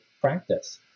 practice